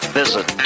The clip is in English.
visit